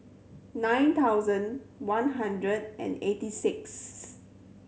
nine thousand one hundred and eighty sixth